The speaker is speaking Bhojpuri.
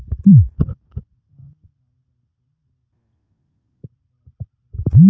धान लाल रंग के हो जाता कवन दवाई पढ़े?